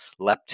leptin